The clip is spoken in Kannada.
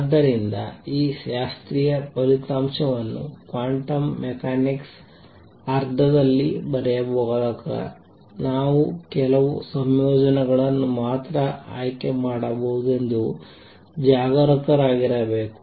ಆದ್ದರಿಂದ ಈ ಶಾಸ್ತ್ರೀಯ ಫಲಿತಾಂಶವನ್ನು ಕ್ವಾಂಟಮ್ ಮೆಕ್ಯಾನಿಕ್ಸ್ ಅರ್ಥದಲ್ಲಿ ಬರೆಯುವಾಗ ನಾನು ಕೆಲವು ಸಂಯೋಜನೆಗಳನ್ನು ಮಾತ್ರ ಆಯ್ಕೆ ಮಾಡಬಹುದೆಂದು ಜಾಗರೂಕರಾಗಿರಬೇಕು